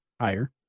Higher